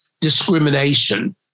discrimination